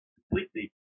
completely